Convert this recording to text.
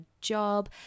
job